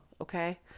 okay